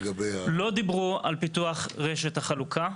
לא דיברו על פיתוח רשת החלוקה,